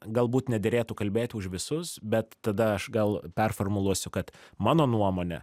galbūt nederėtų kalbėti už visus bet tada aš gal performuluosiu kad mano nuomone